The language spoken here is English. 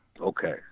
Okay